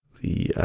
the